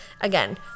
Again